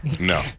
No